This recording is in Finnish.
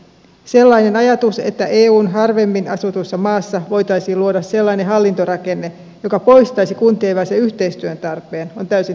sellainen ajatus että eun harvimmin asutussa maassa voitaisiin luoda sellainen hallintorakenne joka poistaisi kuntien välisen yhteistyön tarpeen on täysin teoreettinen